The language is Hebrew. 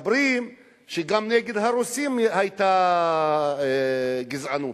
אומרים שגם נגד הרוסים היתה גזענות,